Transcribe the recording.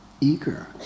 Eager